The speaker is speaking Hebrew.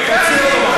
זה חוק